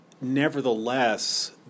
nevertheless